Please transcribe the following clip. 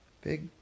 Big